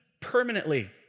permanently